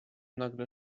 nagle